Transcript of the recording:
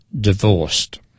divorced